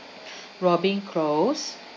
robin close